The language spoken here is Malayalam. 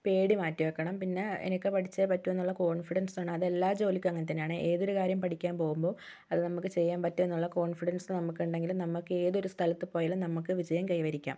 പേടി മാറ്റിവയ്ക്കണം പിന്നെ എനിക്ക് പഠിച്ചേ പറ്റൂ എന്നുള്ള കോൺഫിഡൻസ് വേണം അത് എല്ലാ ജോലിക്കും അങ്ങനെതന്നെയാണ് ഏതൊരു കാര്യം പഠിക്കാൻ പോകുമ്പോൾ അത് നമുക്ക് ചെയ്യാൻ പറ്റുമെന്നുള്ള കോൺഫിഡൻസ് നമ്മൾക്കുണ്ടെങ്കിൽ നമ്മൾക്ക് ഏതൊരു സ്ഥലത്ത് പോയാലും നമ്മൾക്ക് വിജയം കൈവരിക്കാം